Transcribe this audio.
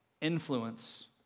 influence